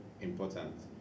important